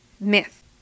myth